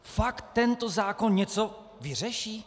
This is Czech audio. Fakt tento zákon něco vyřeší?